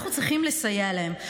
אנחנו צריכים לסייע להן.